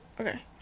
Okay